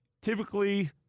Typically